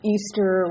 Easter